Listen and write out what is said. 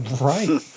Right